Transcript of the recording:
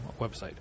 website